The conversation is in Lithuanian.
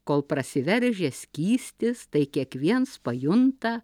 kol prasiveržia skystis tai kiekviens pajunta